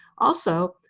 also,